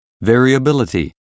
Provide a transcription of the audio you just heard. variability